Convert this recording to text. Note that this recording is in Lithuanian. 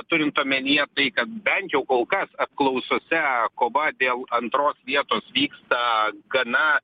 turint omenyje tai kad bent jau kol kas apklausose kova dėl antros vietos vyksta gana